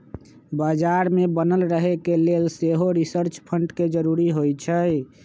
बजार में बनल रहे के लेल सेहो रिसर्च फंड के जरूरी होइ छै